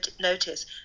notice